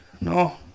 No